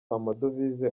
amadovize